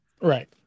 right